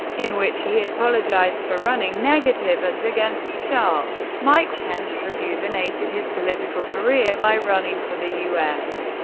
in which he apologized for running negative ads against sharp. mike pence rejuvenated his political career by running for the u s.